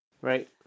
Right